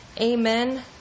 Amen